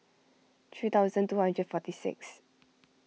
three thousand two hundred forty sixth